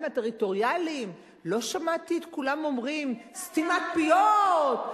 הטריטוריאליים לא שמעתי את כולם אומרים: סתימת פיות,